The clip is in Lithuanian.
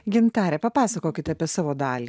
gintarė papasakokit apie savo dalį